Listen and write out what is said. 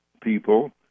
people